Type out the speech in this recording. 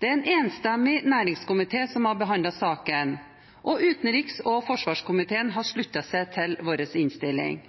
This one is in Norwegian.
Det er en enstemmig næringskomité som har behandlet saken, og utenriks- og forsvarskomiteen har sluttet seg til vår innstilling.